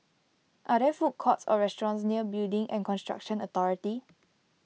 are there food courts or restaurants near Building and Construction Authority